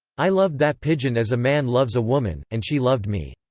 i loved that pigeon as a man loves a woman, and she loved me.